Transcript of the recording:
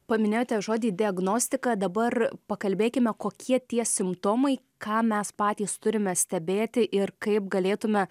paminėjote žodį diagnostika dabar pakalbėkime kokie tie simptomai ką mes patys turime stebėti ir kaip galėtume